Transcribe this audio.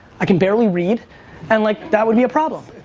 i can barely read and like that will be a problem.